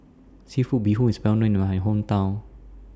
Seafood Bee Hoon IS Well known in My Hometown